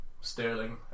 Sterling